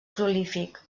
prolífic